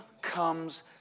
comes